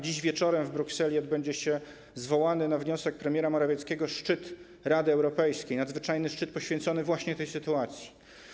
Dziś wieczorem w Brukseli odbędzie się zwołany na wniosek premiera Morawieckiego szczyt Rady Europejskiej, nadzwyczajny szczyt poświęcony właśnie tej sytuacji.